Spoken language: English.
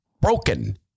broken